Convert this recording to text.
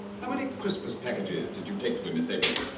how many christmas packages did you take to him, ms. eberli?